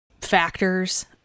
factors